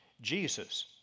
Jesus